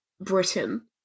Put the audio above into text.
Britain